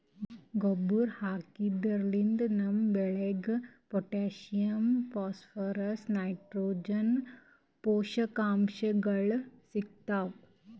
ಗೊಬ್ಬರ್ ಹಾಕಿದ್ರಿನ್ದ ನಮ್ ಬೆಳಿಗ್ ಪೊಟ್ಟ್ಯಾಷಿಯಂ ಫಾಸ್ಫರಸ್ ನೈಟ್ರೋಜನ್ ಪೋಷಕಾಂಶಗಳ್ ಸಿಗ್ತಾವ್